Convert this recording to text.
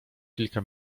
kilka